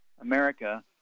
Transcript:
America